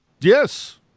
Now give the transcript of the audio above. Yes